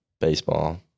Baseball